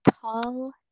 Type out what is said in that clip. tall